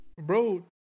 Bro